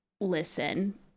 listen